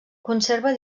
conserva